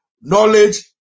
Knowledge